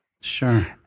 Sure